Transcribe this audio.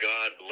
God